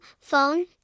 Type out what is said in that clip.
Phone